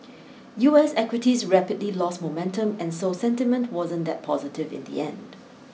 U S equities rapidly lost momentum and so sentiment wasn't that positive in the end